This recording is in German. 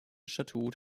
statut